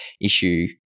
issue